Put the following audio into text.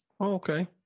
okay